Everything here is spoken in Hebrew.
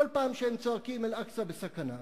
בכל פעם שהם צועקים "אל-אקצא בסכנה",